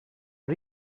are